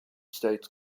states